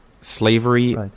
slavery